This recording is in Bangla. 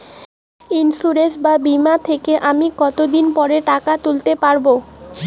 ইন্সুরেন্স বা বিমা থেকে আমি কত দিন পরে টাকা তুলতে পারব?